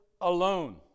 alone